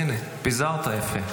פיזרת יפה.